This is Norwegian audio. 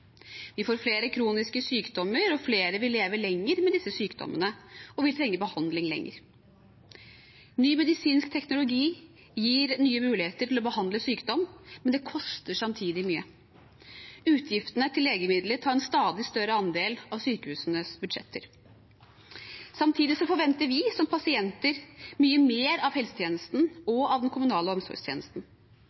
Vi får flere kroniske sykdommer, og flere vil leve lenger med disse sykdommene og vil trenge behandling lenger. Ny medisinsk teknologi gir nye muligheter til å behandle sykdom, men det koster samtidig mye. Utgiftene til legemidler tar en stadig større andel av sykehusenes budsjetter. Samtidig forventer vi som pasienter mye mer av helsetjenesten og av den kommunale omsorgstjenesten.